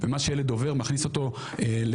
ומה שהילד עובר מכניס אותו לדחק,